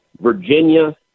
Virginia